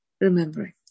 remembering